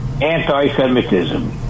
anti-Semitism